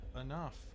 enough